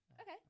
Okay